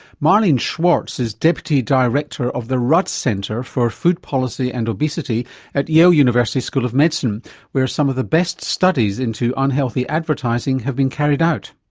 marlene schwartz is deputy director of the rudd center for food policy and obesity at yale university school of medicine where some of the best studies into unhealthy advertising have been carried out.